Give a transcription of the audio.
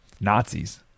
Nazis